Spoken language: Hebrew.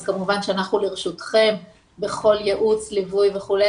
אז כמובן שאנחנו לרשותכם בכל ייעוץ, ליווי וכו'.